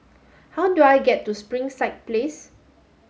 how do I get to Springside Place